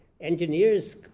Engineers